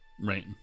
Right